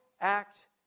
act